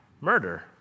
murder